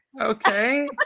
Okay